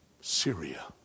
Syria